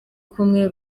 kumwe